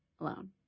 alone